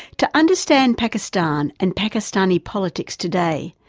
to understand pakistan and pakistani politics today,